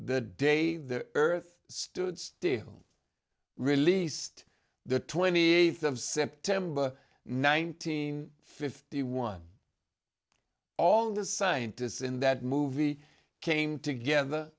the day the earth stood still released the twenty eighth of september nineteen fifty one all the scientists in that movie came together